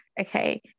Okay